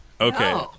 okay